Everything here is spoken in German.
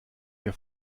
ihr